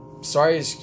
sorry